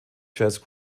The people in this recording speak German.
jazz